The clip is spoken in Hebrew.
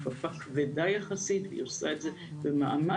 כפפה כבדה יחסית והיא עושה את זה במאמץ,